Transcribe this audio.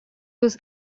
was